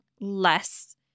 less